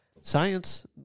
science